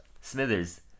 Smithers